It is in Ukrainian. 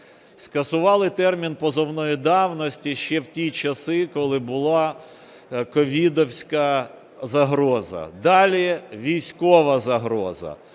скасували термін позовної давності ще в ті часи, коли була ковідівська загроза, далі військова загроза,